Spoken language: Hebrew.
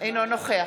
אינו נוכח